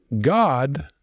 God